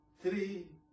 three